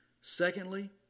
Secondly